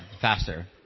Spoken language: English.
faster